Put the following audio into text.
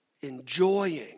enjoying